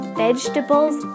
vegetables